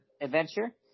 Adventure